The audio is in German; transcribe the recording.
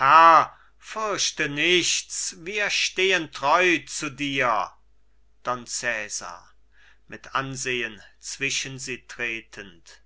fürchte nichts wir stehen treu zu dir don cesar mit ansehen zwischen sie